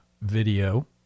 Video